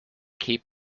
keep